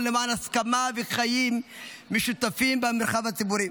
למען הסכמה וחיים משותפים במרחב הציבורי.